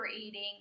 eating